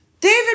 David